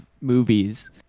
movies